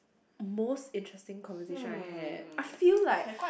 most interesting conversation I had I feel like